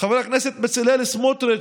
איבדה את